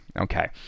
Okay